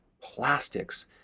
plastics